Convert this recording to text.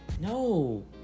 No